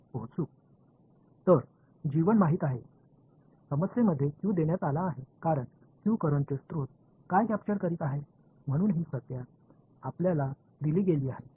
எனவே தெரிந்தது Q சிக்கலில் கொடுக்கப்பட்டுள்ளது ஏனென்றால் Q மின்சார மூலத்தை Q கைப்பற்றுகிறது எனவே இந்த வெளிப்பாடு உங்களுக்கு வழங்கப்படுகிறது